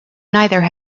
neither